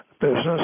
business